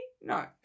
No